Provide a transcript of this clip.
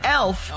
elf